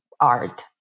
art